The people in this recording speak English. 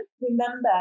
remember